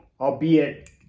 albeit